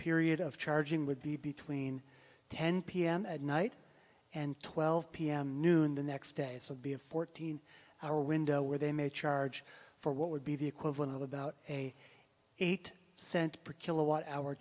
period of charging would be between ten pm at night and twelve pm noon the next day it will be a fourteen hour window where they may charge for what would be the equivalent of about a eight cent per kilowatt hour